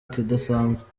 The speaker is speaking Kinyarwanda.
kidasanzwe